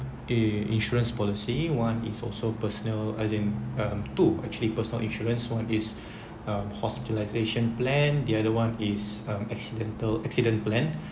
i~ insurance policy one is also personal as in um two actually personal insurance one is um hospitalisation plan the other one is um accidental accident plan